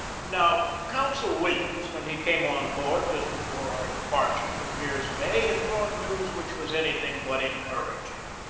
now, consul williams, when he came on board just before our departure from mirs bay, had brought news which was anything but encouraging.